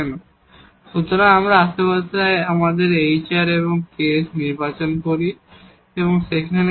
কারণ যদি আমরা আশেপাশে আমাদের hr এবং ks নির্বাচন করি যেমন এই hrks হয় 0